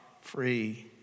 free